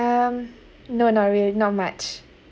um no not really not much